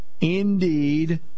indeed